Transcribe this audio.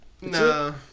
No